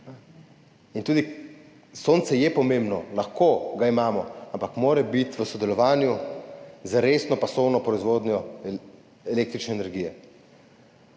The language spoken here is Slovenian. in tudi sonce je pomembno, lahko ga imamo, ampak mora biti v sodelovanju z resno pasovno proizvodnjo električne energije.